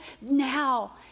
now